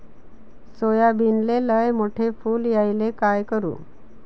सोयाबीनले लयमोठे फुल यायले काय करू?